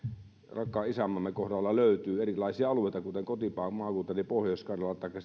rakkaan isänmaamme kohdalla löytyy kuten kotimaakuntani pohjois karjala taikka